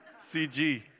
CG